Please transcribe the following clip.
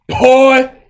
boy